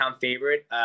favorite